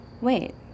Wait